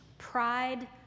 Pride